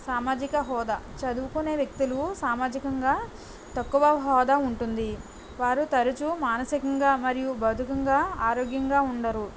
సామజిక హోదా చదువుకునే వ్యక్తులు సామాజికంగా తక్కువ హోదా ఉంటుంది వారు తరచు మానసికంగా మరియు భౌతికంగా ఆరోగ్యంగా ఉండరు